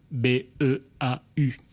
B-E-A-U